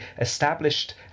established